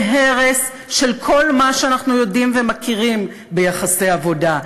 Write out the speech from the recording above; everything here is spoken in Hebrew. זה הרס של כל מה שאנחנו יודעים ומכירים ביחסי עבודה.